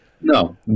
No